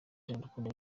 iradukunda